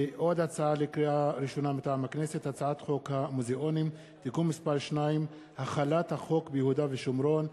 הצעת חוק המוזיאונים (תיקון מס' 2) (החלת החוק ביהודה והשומרון),